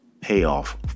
payoff